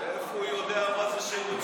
אתה לא רוצה לעודד שירות צבאי?